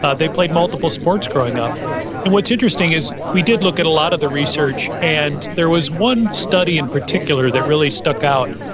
ah they played multiple sports growing up what's interesting is, we did look at a lot of the research, and there was one study in particular that really stuck out.